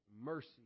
mercy